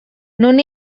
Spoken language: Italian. non